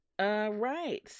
right